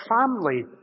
family